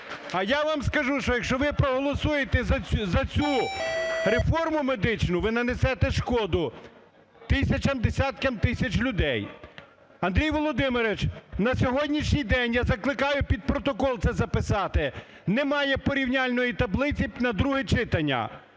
А я вам скажу, що якщо ви проголосуєте за цю реформу медичну, ви нанесете шкоду тисячам, десяткам тисяч людей. Андрій Володимирович, на сьогоднішній день я закликаю під протокол це записати, немає Порівняльної таблиці на друге читання,